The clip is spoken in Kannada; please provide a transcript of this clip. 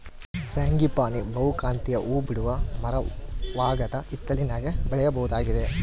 ಫ್ರಾಂಗಿಪಾನಿ ಬಹುಕಾಂತೀಯ ಹೂಬಿಡುವ ಮರವಾಗದ ಹಿತ್ತಲಿನಾಗ ಬೆಳೆಯಬಹುದಾಗಿದೆ